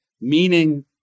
Meaning